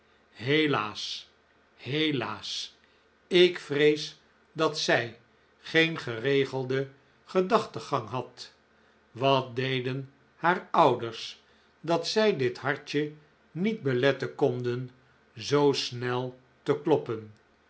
helaas helaas ik vrees dat zij geen geregelden gedachtengang had wat deden haar ouders dat zij dit hartje niet beletten konden zoo snel te kloppen